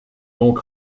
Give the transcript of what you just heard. donc